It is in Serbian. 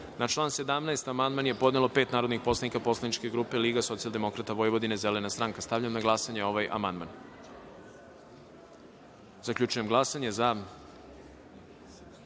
član 1. amandman je podnelo pet narodnih poslanika Poslaničke grupe Socijaldemokrata Vojvodine – Zelena stranka. Stavljam na glasanje ovaj